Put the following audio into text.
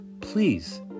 please